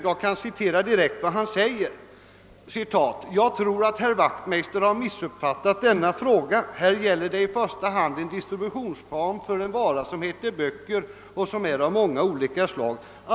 Jag vill citera vad denne sade då: »Jag tror att herr Wachtmeister har missuppfattat denna fråga. Här gäller det i första hand en distributionsform för en vara som heter böcker och som är av många olika slag.